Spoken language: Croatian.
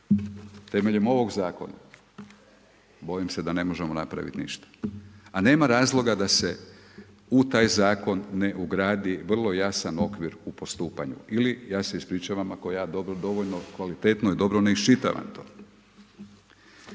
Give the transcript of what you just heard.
temeljem ovog zakona, bojim se da ne možemo napraviti ništa. A nema razloga, da se u taj zakon, ne ugradi vrlo jasan okvir u postupanju, ili ja se ispričavam ako ja dovoljno dobro i kvalitetno ne iščitavam.